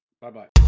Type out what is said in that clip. Bye-bye